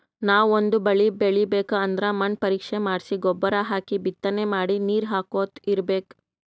ನಾವ್ ಒಂದ್ ಬಳಿ ಬೆಳಿಬೇಕ್ ಅಂದ್ರ ಮಣ್ಣ್ ಪರೀಕ್ಷೆ ಮಾಡ್ಸಿ ಗೊಬ್ಬರ್ ಹಾಕಿ ಬಿತ್ತನೆ ಮಾಡಿ ನೀರ್ ಹಾಕೋತ್ ಇರ್ಬೆಕ್